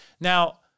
Now